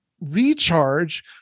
recharge